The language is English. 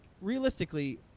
realistically